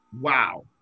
Wow